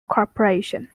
corporation